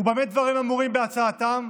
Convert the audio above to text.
ובמה דברים אמורים בהצעתם?